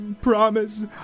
promise